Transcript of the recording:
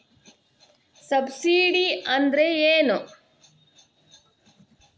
Subsidy ಅಂದ್ರೆ ಏನು?